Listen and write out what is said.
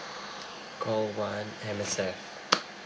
call one M_S_F